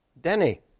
Denny